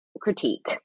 critique